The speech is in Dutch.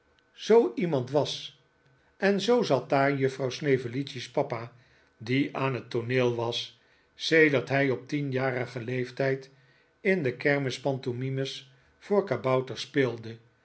zoo iemand was en zoo zat daar juffrouw snevellicci's papa die aan het tooneel was sedert hij op tienjarigen leeftijd in de kermispantomimes voor kabouter speelde